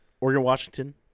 Oregon-Washington